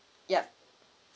yup